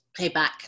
payback